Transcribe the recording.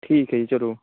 ਠੀਕ ਹੈ ਜੀ ਚਲੋ